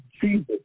Jesus